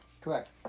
Correct